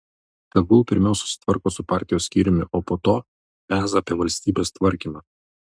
tegul pirmiau susitvarko su partijos skyriumi o po to peza apie valstybės tvarkymą